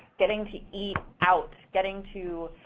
getting to eat out, getting to,